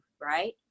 right